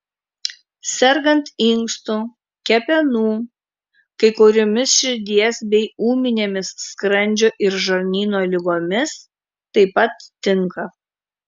sergant inkstų kepenų kai kuriomis širdies bei ūminėmis skrandžio ir žarnyno ligomis taip pat tinka